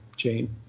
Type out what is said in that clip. Jane